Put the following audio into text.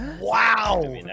Wow